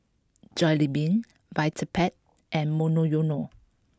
Jollibean Vitapet and Monoyono